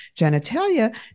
genitalia